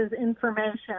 information